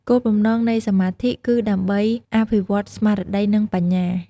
គោលបំណងនៃសមាធិគឺដើម្បីអភិវឌ្ឍស្មារតី និងបញ្ញា។